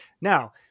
Now